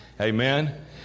Amen